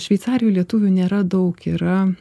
šveicarijoj lietuvių nėra daug yra